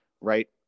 right